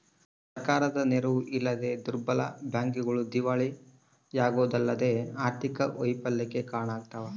ಸರ್ಕಾರದ ನೆರವು ಇಲ್ಲದ ದುರ್ಬಲ ಬ್ಯಾಂಕ್ಗಳು ದಿವಾಳಿಯಾಗೋದಲ್ಲದೆ ಆರ್ಥಿಕ ವೈಫಲ್ಯಕ್ಕೆ ಕಾರಣವಾಗ್ತವ